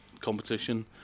competition